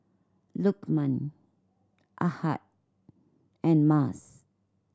Lukman Ahad and Mas